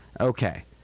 Okay